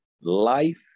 Life